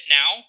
now